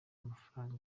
amafaranga